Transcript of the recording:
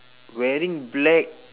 wearing black